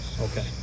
Okay